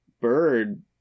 bird